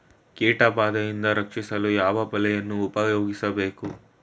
ಕೀಟಬಾದೆಯಿಂದ ರಕ್ಷಿಸಲು ಯಾವ ಬಲೆಯನ್ನು ಉಪಯೋಗಿಸಬೇಕು?